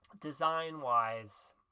design-wise